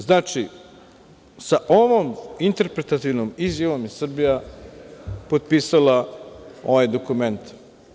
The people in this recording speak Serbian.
Znači, sa ovom interpretativnom izjavom je Srbija potpisala ovaj dokument.